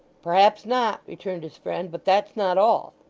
perhaps not returned his friend, but that's not all